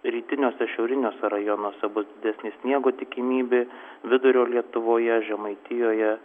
rytiniuose šiauriniuose rajonuose bus didesnė sniego tikimybė vidurio lietuvoje žemaitijoje